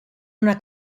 una